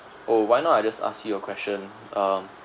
oh why not I just ask you a question um